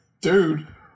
dude